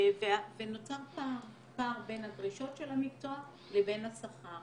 ונוצר פער, פער בין הדרישות של המקצוע לבין השכר.